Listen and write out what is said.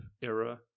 era